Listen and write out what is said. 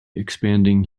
expanding